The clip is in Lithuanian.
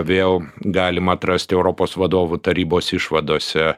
vėl galima atrasti europos vadovų tarybos išvadose